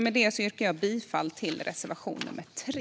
Med det yrkar jag bifall till reservation nr 3.